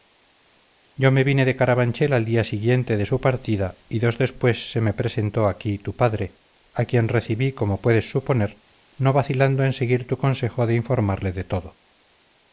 yo me vine de carabanchel al día siguiente de su partida y dos después se me presentó aquí tu padre a quien recibí como puedes suponer no vacilando en seguir tu consejo de informarle de todo